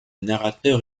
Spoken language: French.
narrateur